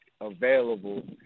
available –